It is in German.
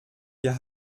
wir